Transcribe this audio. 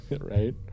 Right